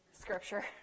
scripture